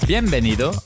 Bienvenido